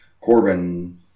Corbin